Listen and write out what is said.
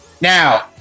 Now